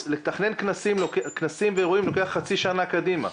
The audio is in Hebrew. לתכנן כנסים ואירועים לוקח חצי שנה קדימה.